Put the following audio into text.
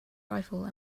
rifle